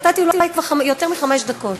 נתתי אולי כבר יותר מחמש דקות.